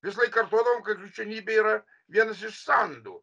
visąlaik kartodavom kad krikščionybė yra vienas iš sandų